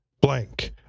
blank